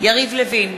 יריב לוין,